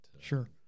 Sure